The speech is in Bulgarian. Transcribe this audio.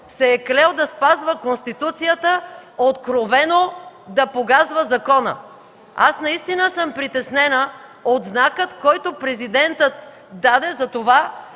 се е клел да спазва Конституцията, откровено да погазва закона. Аз наистина съм притеснена от знака, който Президентът даде за това